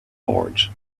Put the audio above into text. boards